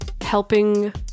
helping